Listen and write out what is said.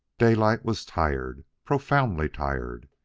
daylight was tired, profoundly tired.